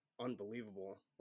unbelievable